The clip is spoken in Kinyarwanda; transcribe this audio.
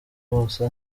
bose